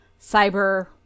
cyber